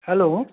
hello